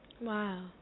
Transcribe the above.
Wow